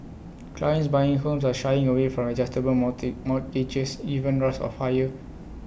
clients buying homes are shying away from adjustable mortgages even risks of higher